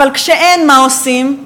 אבל כשאין, מה עושים?